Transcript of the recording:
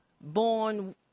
born